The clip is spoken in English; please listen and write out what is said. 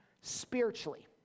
spiritually